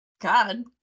God